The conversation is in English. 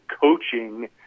coaching